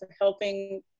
helping